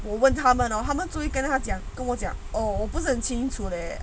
我问他们他们 hor 他们就跟他讲跟我讲 oh 不很清楚 leh